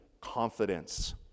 confidence